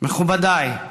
מכובדיי,